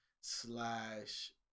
slash